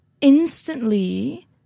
instantly